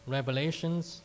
Revelations